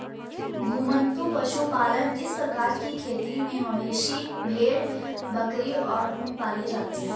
घुमंतू पशुपालन इस प्रकार की खेती में मवेशी, भेड़, बकरी और ऊंट पाले जाते है